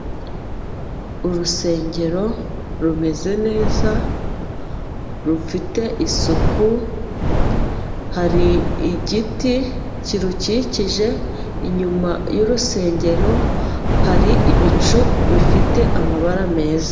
Urusengero rumeze neza, rufite isuku, hari igiti kirukikije, inyuma y'urusengero hari ibicu bifite amabara meza.